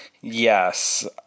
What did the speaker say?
Yes